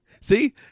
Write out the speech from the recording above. See